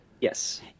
yes